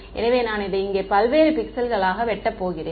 எனவே நான் அதை இங்கே பல்வேறு பிக்சல்களாக வெட்டப் போகிறேன்